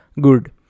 good